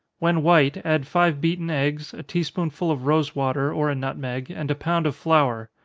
when white, add five beaten eggs, a tea-spoonful of rosewater, or a nutmeg, and a pound of flour.